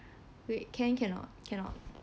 wait can cannot cannot